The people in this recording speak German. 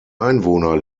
einwohner